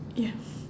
ya